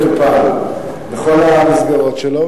מטופל בכל המסגרות שלו,